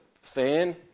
fan